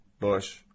Bush